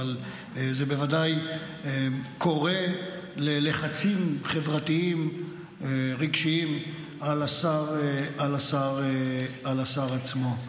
אבל זה בוודאי קורא ללחצים חברתיים ורגשיים על השר עצמו.